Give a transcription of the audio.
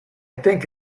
think